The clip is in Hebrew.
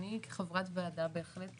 אני כחברת ועדה בהחלט